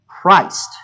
Christ